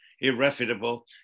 irrefutable